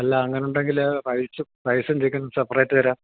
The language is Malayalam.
അല്ല അങ്ങന ഉണ്ടെങ്കില് റൈസും ചിക്കനും സെപ്പറേറ്റ് തരാം